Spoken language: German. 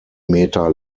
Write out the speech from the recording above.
meter